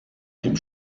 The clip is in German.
dem